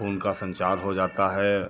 खून का संचार हो जाता है